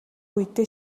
үедээ